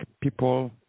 people